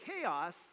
chaos